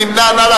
מי נמנע?